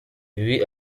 ibi